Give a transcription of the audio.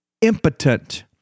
impotent